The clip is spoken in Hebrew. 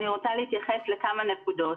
אני רוצה להתייחס לכמה נקודות.